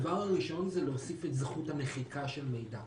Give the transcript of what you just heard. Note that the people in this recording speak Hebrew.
הדבר הראשון זה להוסיף את זכות המחיקה של מידע.